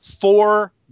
four